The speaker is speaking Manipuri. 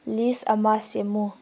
ꯂꯤꯁ ꯑꯃ ꯁꯦꯝꯃꯨ